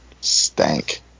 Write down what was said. Stank